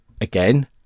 again